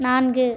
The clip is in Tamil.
நான்கு